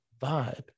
vibe